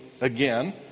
again